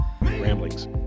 Ramblings